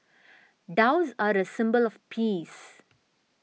doves are a symbol of peace